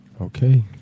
Okay